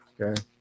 Okay